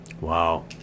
Wow